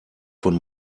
von